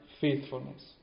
faithfulness